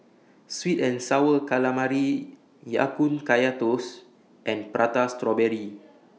Sweet and Sour Calamari Ya Kun Kaya Toast and Prata Strawberry